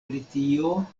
britio